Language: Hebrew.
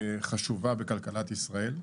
חשובה בכלכלת ישראל,